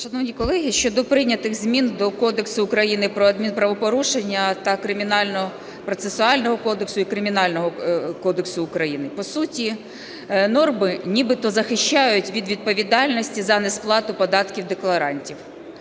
Шановні колеги, щодо прийнятих змін до Кодексу України про адмінправопорушення та Кримінального процесуального кодексу і Кримінального кодексу України. По суті норми нібито захищають від відповідальності за несплату податків декларантів.